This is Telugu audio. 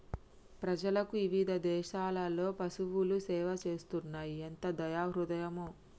ప్రజలకు ఇవిధ దేసాలలో పసువులు సేవ చేస్తున్నాయి ఎంత దయా హృదయమో